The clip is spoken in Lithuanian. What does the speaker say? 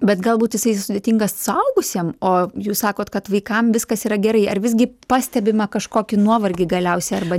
bet galbūt jisai sudėtingas suaugusiem o jūs sakot kad vaikam viskas yra gerai ar visgi pastebima kažkokį nuovargį galiausiai arba